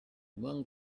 among